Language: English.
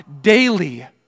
daily